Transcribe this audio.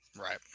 right